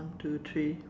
one two three